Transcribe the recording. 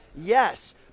yes